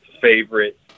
favorite